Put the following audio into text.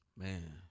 Man